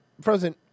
Frozen